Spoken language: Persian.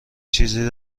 چیزی